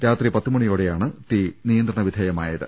രാത്രി പത്തുമണിയോടെയാണ് തീ നിയന്ത്രണവിധേയമായത്